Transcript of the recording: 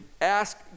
Ask